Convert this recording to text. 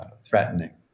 threatening